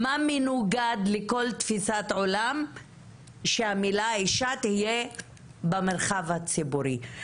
מה מנוגד לכל תפיסת עולם שהמילה אישה תהיה במרחב הציבורי?